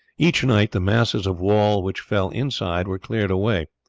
each night the masses of wall which fell inside were cleared away,